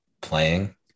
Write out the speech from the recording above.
playing